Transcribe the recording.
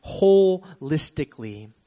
holistically